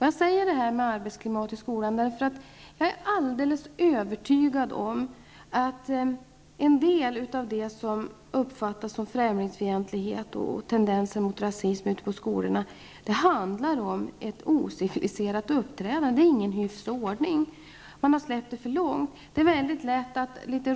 Jag vill tala om arbetsklimatet i skolan, därför att jag är helt övertygad om att en del av det som uppfattas som främlingsfientlighet och tendenser till rasism ute på skolorna handlar om ett ociviliserat uppträdande, om brist på hyfs och ordning och att man har låtit det gå för långt.